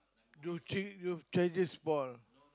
your change your charger spoil